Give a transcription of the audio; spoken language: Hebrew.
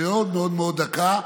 מאוד מאוד מאוד דקה,